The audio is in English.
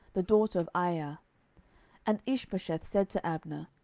the daughter of aiah and ishbosheth said to abner,